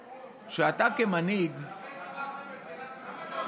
שאתה, כמנהיג, למה אתה מושך?